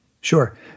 Sure